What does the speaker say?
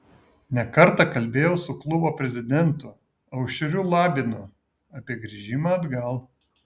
ne kartą kalbėjau su klubo prezidentu aušriu labinu apie grįžimą atgal